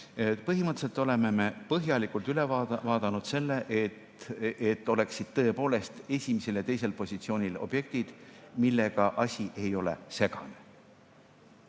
Põhimõtteliselt oleme me põhjalikult üle vaadanud selle, et oleksid tõepoolest esimesel ja teisel positsioonil objektid, millega asi ei ole segane.